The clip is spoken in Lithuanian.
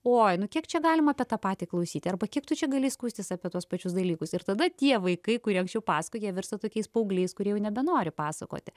oi nu kiek čia galima apie tą patį klausyti arba kiek tu čia gali skųstis apie tuos pačius dalykus ir tada tie vaikai kurie anksčiau pasakojo jie virsta tokiais paaugliais kurie nebenori pasakoti